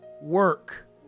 work